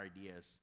ideas